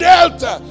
Delta